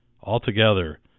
Altogether